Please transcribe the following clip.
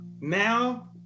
now